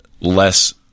less